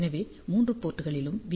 எனவே மூன்று போர்ட்களிலும் வி